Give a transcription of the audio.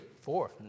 four